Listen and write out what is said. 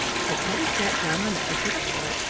so teddy sat down on the edge of the hole,